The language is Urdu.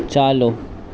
چالو